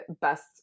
best